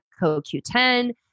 CoQ10